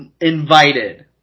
invited